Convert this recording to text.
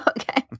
Okay